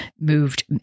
moved